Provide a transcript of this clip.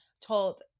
told